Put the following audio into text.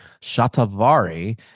shatavari